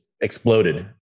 exploded